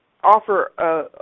offer